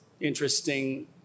interesting